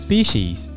Species